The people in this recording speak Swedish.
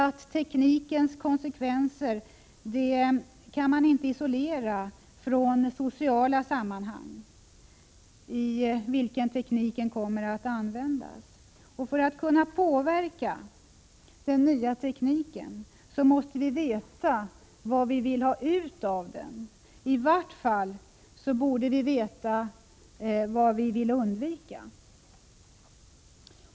Teknikens konsekvenser kan inte isoleras från de sociala sammanhang i vilka tekniken kommer att användas. För att kunna påverka den nya tekniken måste vi veta vad vi vill ha ut av den — i vart fall borde vi veta vad vi vill undvika.